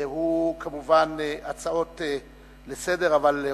כמובן הצעות לסדר-היום.